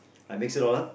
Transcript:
I mix it all up